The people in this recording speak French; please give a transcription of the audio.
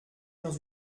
dans